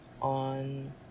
on